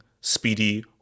speedy